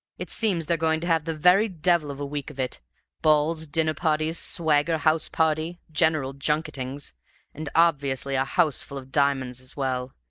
it seems they're going to have the very devil of a week of it balls dinner parties swagger house party general junketings and obviously a houseful of diamonds as well.